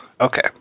Okay